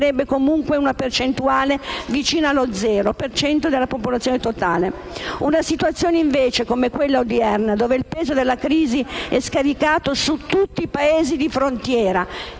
una situazione come quella odierna, in cui il peso della crisi è scaricato tutto sui Paesi di frontiera